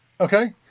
Okay